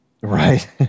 Right